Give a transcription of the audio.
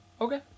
Okay